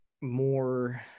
more